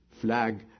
flag